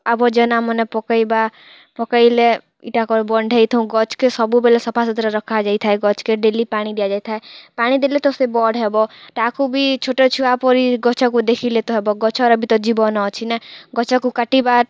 ଆବର୍ଜନାମନେ ପକେଇବା ପକେଇଲେ ଏଇଟା କର ବଣ୍ଢେଇ ଥାଉଁ ଗଛକେ ସବୁବେଲେ ସଫାସୁତୁରା ରଖାଯାଇଥାଏ ଗଛକେ ଡେଲି ପାଣି ଦିଆଯାଇଥାଏ ପାଣି ଦେଲେ ତ ସିଏ ବଡ଼ ହେବ ତାକୁ ବି ଛୋଟ ଛୁଆ ପରି ଗଛକୁ ଦେଖିଲେ ତ ହେବ ଗଛର ବି ତ ଜୀବନ ଅଛି ନା ଗଛକୁ କାଟିବା